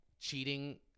cheating